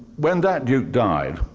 when that duke died,